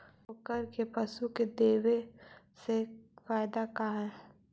चोकर के पशु के देबौ से फायदा का है?